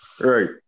Right